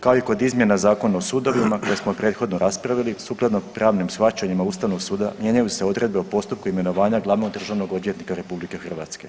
Kao i kod izmjena Zakona o sudovima koje smo prethodno raspravili sukladno pravnim shvaćanjima Ustavnog suda mijenjaju se odredbe o postupku imenovanja glavnog državnog odvjetnika Republike Hrvatske.